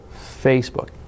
Facebook